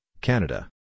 Canada